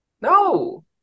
No